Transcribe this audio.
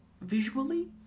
visually